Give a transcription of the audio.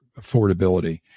affordability